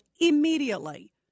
immediately